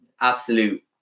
absolute